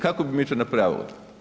Kako bi mi to napravili?